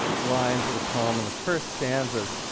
lines of the poem and the first stanzas